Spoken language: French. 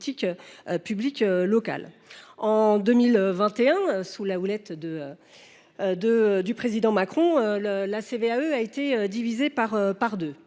publiques locales. En 2021, sous l’impulsion du président Macron, la CVAE a été divisée par deux.